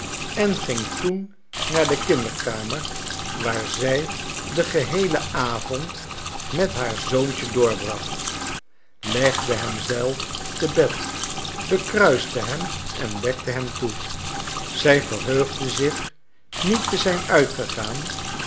en ging toen naar de kinderkamer waar zij den geheelen avond met haar zoontje doorbracht legde hem zelf te bed bekruiste hem en dekte hem toe zij verheugde zich niet te zijn uitgegaan